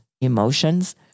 emotions